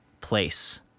place